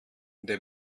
der